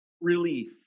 relief